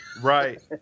Right